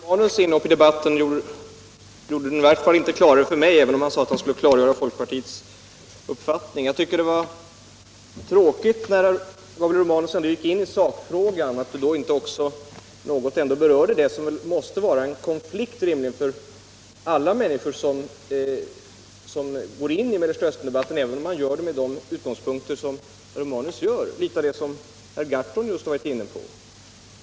Herr talman! Herr Romanus hoppade in i debatten men gjorde den i vart fall inte klarare för mig även om han sade att han skulle klargöra folkpartiets uppfattning. När han nu gick in i sakfrågan tycker jag det var tråkigt att han inte också berörde det som rimligen måste vara en konflikt för alla människor som går in i Mellersta Östern-debatten även om de gör det med de utgångspunkter som herr Romanus har, litet av det som herr Gahrton just varit inne på.